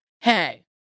Hey